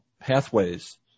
pathways